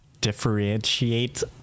differentiate